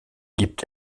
gibt